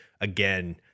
again